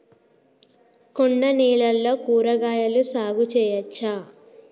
కొండ నేలల్లో కూరగాయల సాగు చేయచ్చా?